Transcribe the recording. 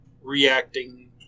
reacting